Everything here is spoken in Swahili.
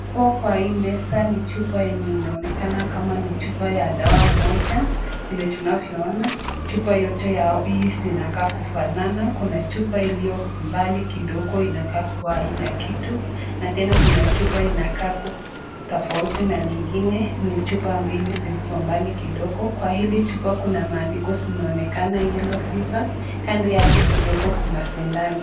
Huko kwa hii mesa ni chupa yenye inaonekana kama ni chupa ya dawa moja vile tunavyoona. Chupa yote ya hii inakaa kufanana. Kuna chupa iliyo mbali kidogo inakaa kuwa ni kitu. Na tena kuna chupa inakaa kutofauti na lingine. Ni chupa mbili zilizombali kidogo. Kwa hili chupa kuna maandiko zimeonekana Yellow Fever . Kando yake kidogo kuna sindano.